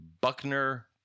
Buckner